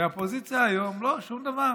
והאופוזיציה היום, לא, שום דבר.